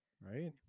Right